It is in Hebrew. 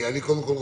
קודם כול,